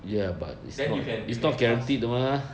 then you can you can cost